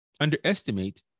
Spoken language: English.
underestimate